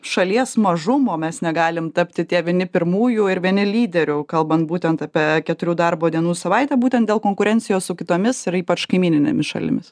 šalies mažumo mes negalim tapti tie vieni pirmųjų ir vieni lyderių kalbant būtent apie keturių darbo dienų savaitę būtent dėl konkurencijos su kitomis ir ypač kaimyninėmis šalimis